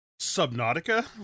Subnautica